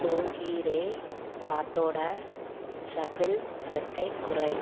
தூ ஹீ ரே பாட்டோடய ஷஃபில் ரேட்டைக் குறை